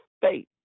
faith